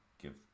give